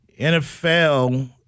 NFL